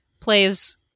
plays